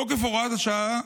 תוקף הוראת השעה,